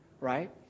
right